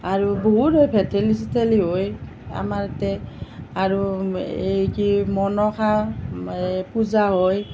আৰু বহুত হয় ভেঠেলি চেঠেলি হয় আমাৰ ইয়াতে আৰু এই কি মনসা এই পূজা হয়